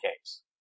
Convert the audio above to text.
case